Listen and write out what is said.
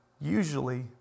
usually